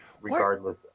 regardless